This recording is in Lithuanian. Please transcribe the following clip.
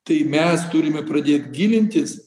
tai mes turime pradėt gilintis